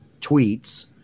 tweets